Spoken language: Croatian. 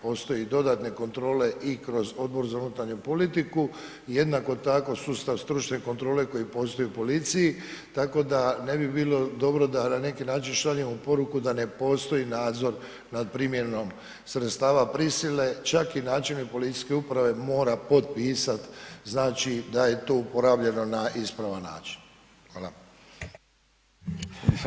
Postoje i dodatne kontrole i kroz Odbor za unutarnju politiku, jednako tako sustav stručne kontrole koji postoji u policiji, tako da ne bi bilo dobro da na neki način šaljemo poruku da ne postoji nadzor nad primjerom sredstava prisile, čak i načelnik policijske uprave mora potpisati, znači da je to uporabljeno na ispravan način, hvala.